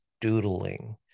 doodling